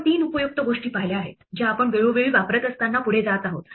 आपण तीन उपयुक्त गोष्टी पाहिल्या आहेत ज्या आपण वेळोवेळी वापरत असताना पुढे जात आहोत